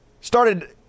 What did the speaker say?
started